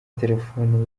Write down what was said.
telefone